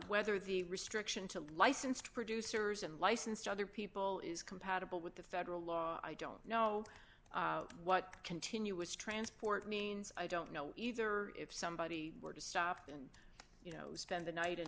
whether the restriction to licensed producers and licensed other people is compatible with the federal law i don't know what continuous transport means i don't know either if somebody were to stop and you know spend the night in